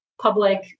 public